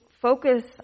focus